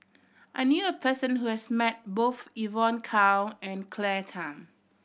I knew a person who has met both Evon Kow and Claire Tham